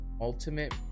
Ultimate